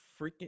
freaking